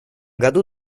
году